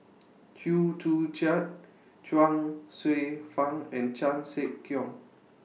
Chew Joo Chiat Chuang Hsueh Fang and Chan Sek Keong